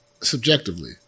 subjectively